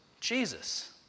Jesus